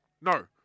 No